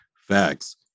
Facts